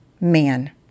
Man